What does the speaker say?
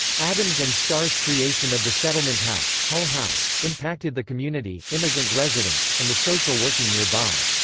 addams and starr's creation of the settlement house, hull house, impacted the community, immigrant residents, and the social working nearby.